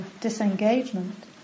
disengagement